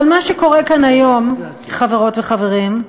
אבל מה שקורה כאן היום, חברות וחברים,